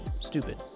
stupid